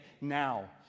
now